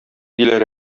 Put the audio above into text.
диләр